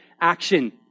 action